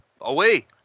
Away